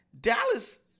Dallas –